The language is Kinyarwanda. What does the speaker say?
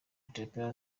ethiopia